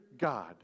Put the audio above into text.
God